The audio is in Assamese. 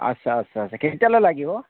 আচ্ছা আচ্ছা কেতিয়ালৈ লাগিব